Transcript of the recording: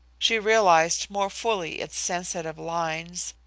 she realised more fully its sensitive lines,